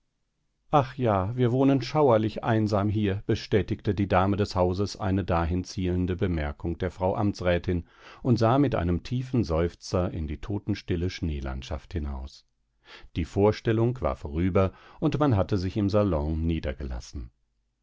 ach ja wir wohnen schauerlich einsam hier bestätigte die dame des hauses eine dahin zielende bemerkung der frau amtsrätin und sah mit einem tiefen seufzer in die totenstille schneelandschaft hinaus die vorstellung war vorüber und man hatte sich im salon niedergelassen